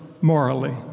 morally